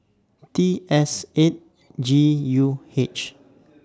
T S eight G U H